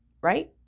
Right